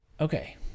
Okay